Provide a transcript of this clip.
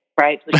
right